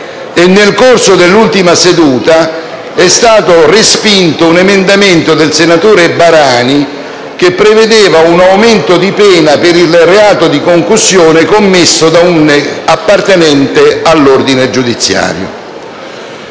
nel corso dell'ultima seduta è stato respinto un emendamento del senatore Barani che prevedeva un aumento di pena per il reato di concussione commesso da un appartenente all'ordine giudiziario.